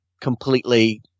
completely